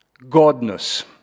godness